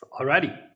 Alrighty